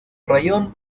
raión